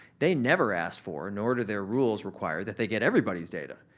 they never asked for nor do their rules require that they get everybody's data.